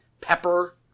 pepper